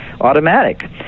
automatic